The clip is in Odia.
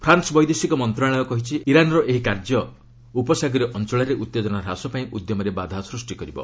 ଫ୍ରାନ୍ ବୈଦେଶିକ ମନ୍ତ୍ରଣାଳୟ ଏକ ବିବୃତ୍ତି କାରି କରି କହିଛି ଇରାନ୍ର ଏହି କାର୍ଯ୍ୟ ଉପସାଗରିୟ ଅଞ୍ଚଳରେ ଉତ୍ତେଜନା ହ୍ରାସ ପାଇଁ ଉଦ୍ୟମରେ ବାଧା ସୃଷ୍ଟି କରିବ